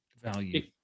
value